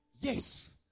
Yes